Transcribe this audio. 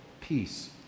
peace